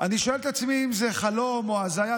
אני שואל את עצמי אם זה חלום או הזיה.